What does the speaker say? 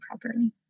properly